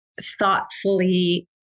thoughtfully